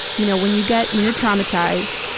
you know when you get when you're traumatized,